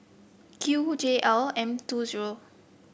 Q J L M two zero